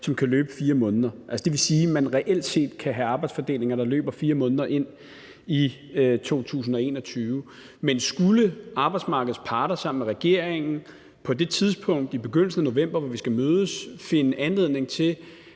de kan løbe i 4 måneder. Det vil sige, at man reelt set kan have arbejdsfordelinger, der løber 4 måneder ind i 2021. Men skulle arbejdsmarkedets parter sammen med regeringen på det tidspunkt i begyndelsen af november, hvor vi skal mødes, finde anledning til